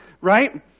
right